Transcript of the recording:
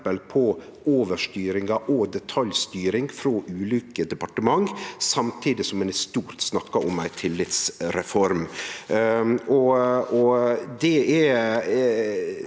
på overstyring og detaljstyring frå ulike departement samtidig som ein i stort snakkar om ei tillitsreform.